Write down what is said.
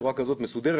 בצורה מסודרת,